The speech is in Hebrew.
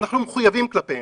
אנחנו מחויבים כלפיהם.